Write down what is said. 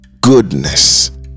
goodness